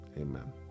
Amen